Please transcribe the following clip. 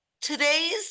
today's